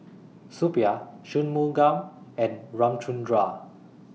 Suppiah Shunmugam and Ramchundra